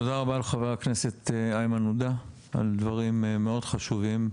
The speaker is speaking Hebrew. תודה רבה לחבר הכנסת איימן עודה על דברים מאוד חשובים,